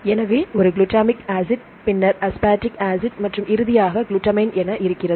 எனவே ஒரு glutamic acid பின்னர் அஸ்பார்டிக் ஆசிட் மற்றும் இறுதியாக குளுட்டமைன் என இருக்கிறது